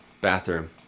bathroom